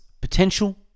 potential